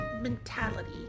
mentality